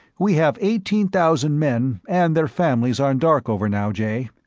we have eighteen thousand men, and their families, on darkover now, jay.